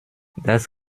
das